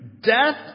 Death